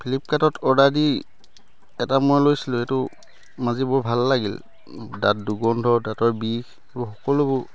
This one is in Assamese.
ফ্লিপকাৰ্টত অৰ্ডাৰ দি এটা মই লৈছিলো সেইটো মাজি বৰ ভাল লাগিল দাঁত দুৰ্গন্ধ দাঁতৰ বিষ সকলোবোৰ